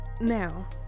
Now